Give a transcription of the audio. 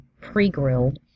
pre-grilled